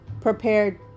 prepared